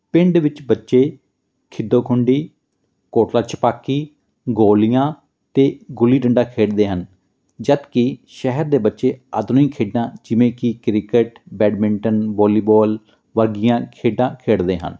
ਪਿੰਡ ਵਿੱਚ ਬੱਚੇ ਖਿਦੋਖੁੰਡੀ ਕੋਟਲਾ ਛਪਾਕੀ ਗੋਲੀਆਂ ਅਤੇ ਗੁੱਲੀ ਡੰਡਾ ਖੇਡਦੇ ਹਨ ਜਦੋਂ ਕਿ ਸ਼ਹਿਰ ਦੇ ਬੱਚੇ ਆਧੁਨਿਕ ਖੇਡਾਂ ਜਿਵੇਂ ਕਿ ਕ੍ਰਿਕਟ ਬੈਡਮਿੰਟਨ ਵੋਲੀਬੋਲ ਵਰਗੀਆਂ ਖੇਡਾਂ ਖੇਡਦੇ ਹਨ